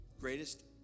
greatest